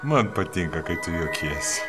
man patinka kai tu juokiesi